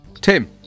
tim